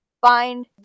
find